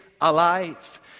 alive